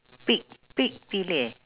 pick pick pilih